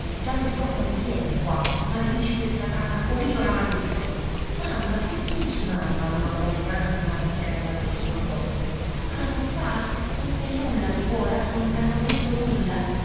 già mi scottano i piedi qua maledici questa casa com'io la maledico mamma che dici mamma domandò adriana smarrita nell'atroce cordoglio ah non sai non sai nulla ancora non t'hanno detto nulla